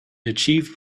achieved